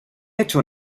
hecho